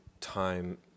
time